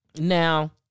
Now